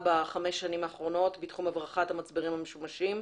בחמש השנים האחרונות בתחום הברחת המצברים המשומשים,